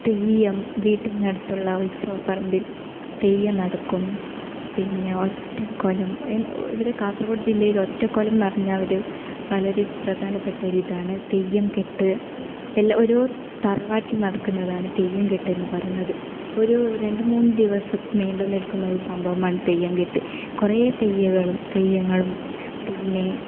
തെയ്യം വീട്ടിനടുത്തുള്ള ഉത്സവപ്പറമ്പില് തെയ്യം നടക്കും പിന്നെ ഒറ്റക്കോലം ഇവിടെ കാസർകോട് ജില്ലയിൽ ഒറ്റക്കോലം എന്ന് പറഞ്ഞ ഒരു വളരെ പ്രധാനപ്പെട്ട ഒരു ഇതാണ് തെയ്യം കെട്ട് എല്ലാം ഓരോ തറവാട്ടിൽ നടക്കുന്നതാണ് തെയ്യം കെട്ട് എന്ന് പറയുന്നത് ഒരു രണ്ടു മൂന്നു ദിവസം നീണ്ടു നിൽക്കുന്ന ഒരു സംഭവമാണ് തെയ്യം കെട്ട് കുറേ തെയ്യങ്ങളും തെയ്യങ്ങളും പിന്നെ